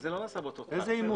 למה?